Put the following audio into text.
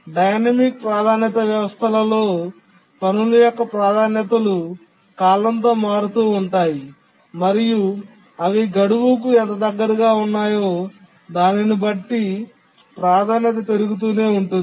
dynamic ప్రాధాన్యత వ్యవస్థలలో పనుల యొక్క ప్రాధాన్యతలు కాలంతో మారుతూ ఉంటాయి మరియు అవి గడువుకు ఎంత దగ్గరగా ఉన్నాయో దానిని బట్టి ప్రాధాన్యత పెరుగుతూనే ఉంటుంది